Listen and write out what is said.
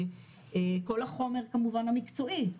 כל החומר כמובן המקצועי,